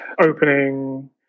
opening